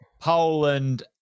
Poland